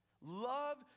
love